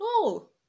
No